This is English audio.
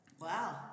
wow